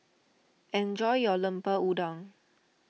enjoy your Lemper Udang